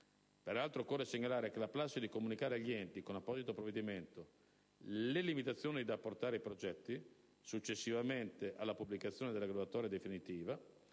Peraltro, occorre segnalare che la prassi di comunicare agli enti, con apposito provvedimento, le limitazioni da apportare ai progetti successivamente alla pubblicazione della graduatoria definitiva,